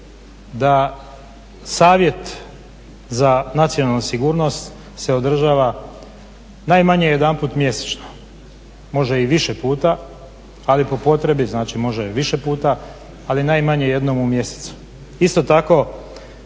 da savjet za nacionalnu sigurnost se održava najmanje jedanput mjesečno, može i više puta, ali po potrebi, znači može više puta, ali najmanje jednom u mjesecu. Isto tako